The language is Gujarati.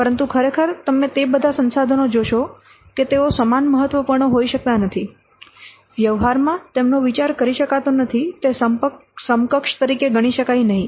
પરંતુ ખરેખર તમે તે બધા સંસાધનો જોશો કે તેઓ સમાન મહત્વપૂર્ણ હોઈ શકતા નથી વ્યવહારમાં તેમનો વિચાર કરી શકાતો નથી તે સમકક્ષ તરીકે ગણી શકાય નહીં